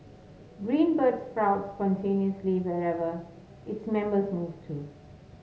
Green Bird sprouts spontaneously wherever its members move to